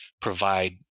provide